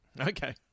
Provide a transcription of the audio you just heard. Okay